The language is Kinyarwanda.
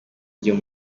gihe